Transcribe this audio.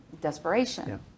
desperation